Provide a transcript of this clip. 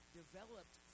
developed